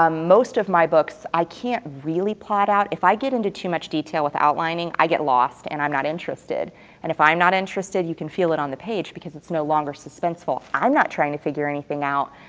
um most of my books, i can't really plot out. if i get into too much detail with outlining, i get lost and i'm not interested and if i'm not interested, you can feel it on the page, because it's no longer suspenseful. i'm not trying to figure anything out,